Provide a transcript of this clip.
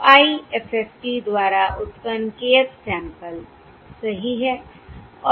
तो IFFT द्वारा उत्पन्न kth सैंपल सही है